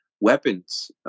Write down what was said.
weapons